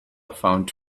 found